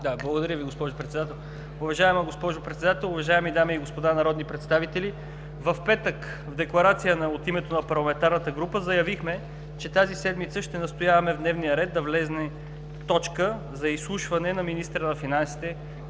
Благодаря, госпожо Председател. Уважаема госпожо Председател, уважаеми дами и господа народни представители! В петък в Декларация от името на парламентарната група заявихме, че тази седмица ще настояваме в дневния ред да влезе точка за изслушване на министъра на финансите